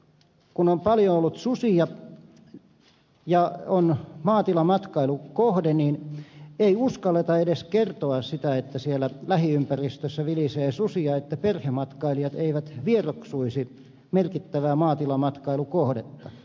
kun on paljon ollut susia ja on maatilamatkailukohde niin ei uskalleta edes kertoa sitä että siellä lähiympäristössä vilisee susia että perhematkailijat eivät vieroksuisi merkittävää maatilamatkailukohdetta